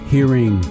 Hearing